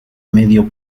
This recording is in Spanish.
medio